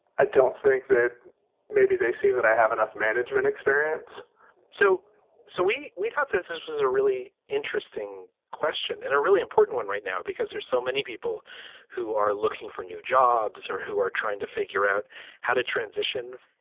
i don't think that maybe they see that i have enough management experience so so we we thought this is a really interesting question and a really important one right now, because there's so many people who are looking for new jobs or who are trying to figure out how to transition.